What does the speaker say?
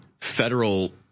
federal